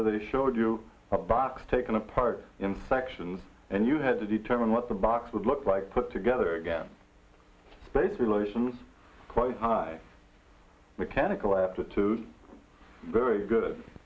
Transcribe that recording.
with the showed you a box taken apart in sections and you had to determine what the box would look like put together again base relations quite high mechanical aptitude very good